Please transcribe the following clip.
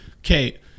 Okay